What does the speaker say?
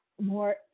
more